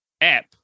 app